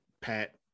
Pat